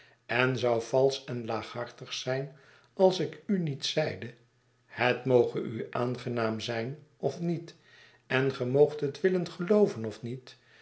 en zou valsch en laaghartig zijn als ik u niet zeide het moge u aangenaam zijn of niet en ge moogt het willen gelooven of niet